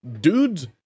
Dudes